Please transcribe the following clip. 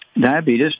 diabetes